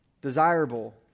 desirable